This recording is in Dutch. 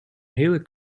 hele